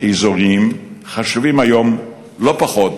אזורי חשוב היום לא פחות